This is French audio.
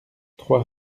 trois